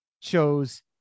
chose